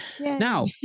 now